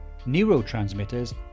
Neurotransmitters